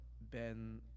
ben